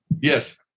Yes